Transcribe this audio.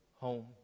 home